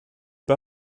pas